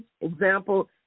Example